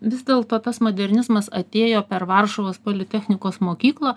vis dėlto tas modernizmas atėjo per varšuvos politechnikos mokyklą